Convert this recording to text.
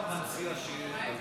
מה אתה מציע שיהיה,